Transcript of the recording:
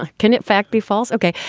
can it fact be false? okay,